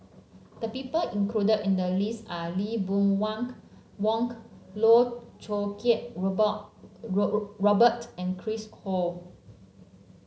the people included in the list are Lee Boon Wang Vang Loh Choo Kiat Robert and Chris Ho